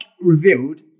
revealed